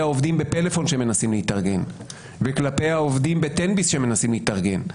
העובדים בפלאפון שמנסים להתארגן וכלפי העובדים ב"תן ביס" שמנסים להתארגן,